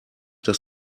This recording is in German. dass